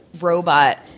robot